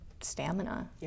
stamina